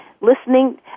listening